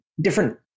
different